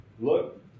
Look